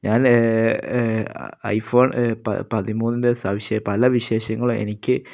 ഞാന് iPhone പതിമൂന്നിന്റെ പല വിശേഷങ്ങളും എനിക്ക്